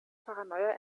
paranoia